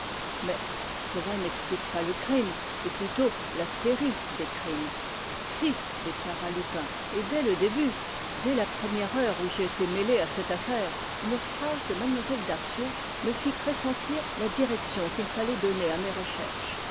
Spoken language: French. mais cela n'explique pas le crime ou plutôt la série des crimes si déclara lupin et dès le début dès la première heure où j'ai été mêlé à cette affaire une phrase de mlle darcieux me fit pressentir la direction qu'il fallait donner à mes recherches